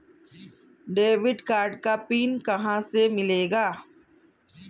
Debit card का PIN कहां से मिलेगा?